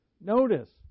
notice